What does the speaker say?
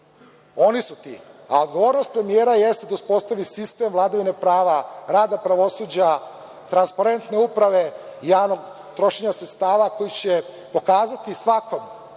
zemlju. Odgovornost premijera jeste da uspostavi sistem vladavine prava, rada pravosuđa, transparentne uprave, javnog trošenja sredstava koji će pokazati svakom